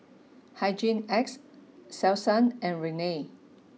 Hhygin X Selsun and Rene